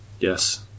yes